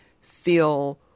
feel